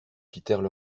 quittèrent